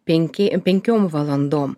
penki penkiom valandom